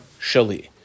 Shali